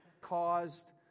caused